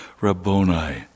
Rabboni